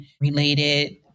related